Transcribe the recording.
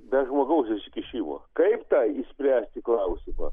be žmogaus įsikišimo kaip tą išspręsti klausimą